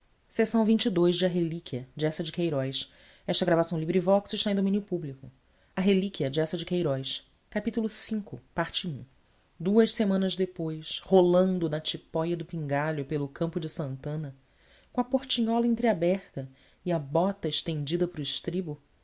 e negro ia a remos para oriente desencontro contínuo das almas congêneres neste inundo de eterno esforço e de eterna imperfeição duas semanas depois rolando na tipóia do pingalho pelo campo de santana com a portinhola entreaberta e a bota estendida para o estribo